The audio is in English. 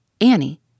Annie